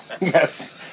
Yes